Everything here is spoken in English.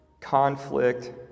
Conflict